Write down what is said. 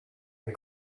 and